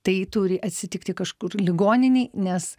tai turi atsitikti kažkur ligoninėj nes